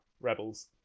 Rebels